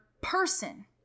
person